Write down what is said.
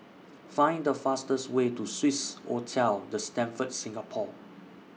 Find The fastest Way to Swissotel The Stamford Singapore